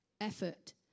effort